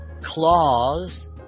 Claws